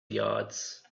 yards